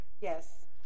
Yes